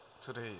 Today